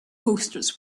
posters